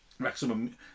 Maximum